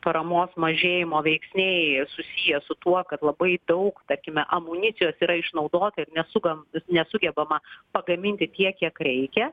paramos mažėjimo veiksniai susiję su tuo kad labai daug tarkime amunicijos yra išnaudota ir nesugam nesugebama pagaminti tiek kiek reikia